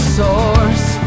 source